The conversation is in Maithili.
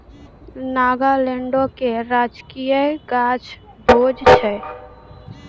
नागालैंडो के राजकीय गाछ भोज छै